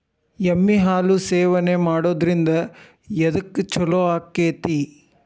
ಎಮ್ಮಿ ಹಾಲು ಸೇವನೆ ಮಾಡೋದ್ರಿಂದ ಎದ್ಕ ಛಲೋ ಆಕ್ಕೆತಿ?